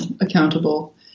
accountable